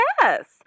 yes